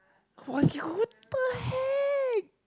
who ask you go what the heck